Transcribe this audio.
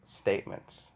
statements